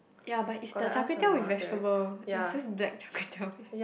ya but is the char-kway-teow with vegetable it's just black char-kway-teow with like